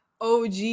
OG